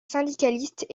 syndicalistes